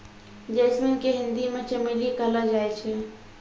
jasmine के हिंदी मे चमेली कहलो जाय छै